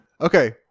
okay